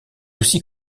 aussi